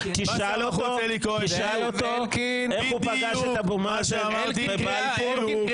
ולשאול אותו איך הוא פגש את אבו מאזן בבלפור -- אלקין קריאה שנייה.